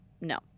no